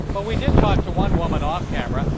but we did talk to one woman off camera.